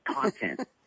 content